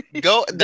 Go